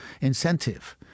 incentive